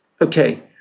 Okay